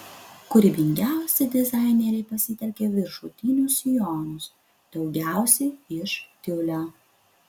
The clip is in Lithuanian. kūrybingiausi dizaineriai pasitelkė viršutinius sijonus daugiausiai iš tiulio